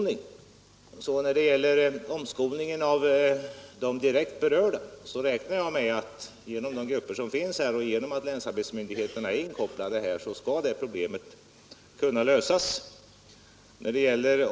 När det gäller omskolningen av de direkt berörda räknar jag med att genom de grupper som finns och genom att länsarbetsmyndigheterna är inkopplade skall problemet kunna lösas.